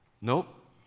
Nope